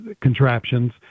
contraptions